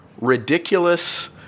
ridiculous